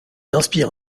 inspire